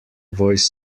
voice